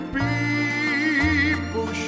people